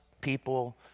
people